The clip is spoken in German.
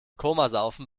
komasaufen